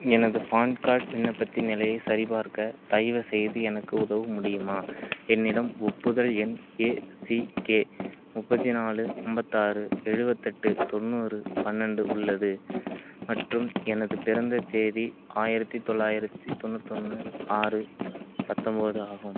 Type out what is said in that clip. எனது PAN card விண்ணப்பத்தின் நிலையை சரிபார்க்க தயவுசெய்து எனக்கு உதவ முடியுமா என்னிடம் ஒப்புதல் எண் ஏசிகே முப்பத்தி நாலு ஐம்பத்தாறு எழுபத்தெட்டு தொண்ணூறு பன்னெண்டு உள்ளது மற்றும் எனது பிறந்த தேதி ஆயிரத்தி தொள்ளாயிரத்தி தொண்ணூதொன்று ஆறு பத்தம்பது ஆகும்